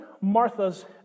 Marthas